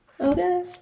okay